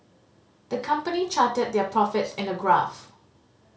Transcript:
the company charted their profits in a graph